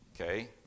okay